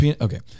Okay